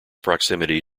proximity